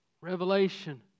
Revelation